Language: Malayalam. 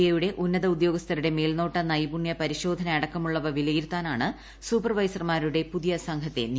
ഐ യുടെ ഉന്നത ഉദ്യോഗസ്ഥരുടെ മേൽനോട്ട നൈപുണ്യ പരിശോധന അടക്കമുള്ളവ വിലയിരുത്താനാണ് സൂപ്പർവൈസർമാരുടെ പുതിയ സംഘത്തെ നിയോഗിക്കുന്നത്